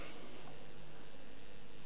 מי נמנע?